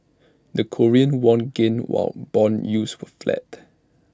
the Korean won gained while Bond yields were flat